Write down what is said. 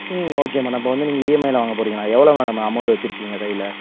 ம் okay madam இப்போது வந்து நீங்கள் இஎம்ஐயில் வாங்க போகிறீங்களா எவ்வளோ மேடம் அமௌண்டு வச்சுருக்கீங்க கையில்